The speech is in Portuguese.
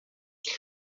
quem